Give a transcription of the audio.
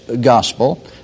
Gospel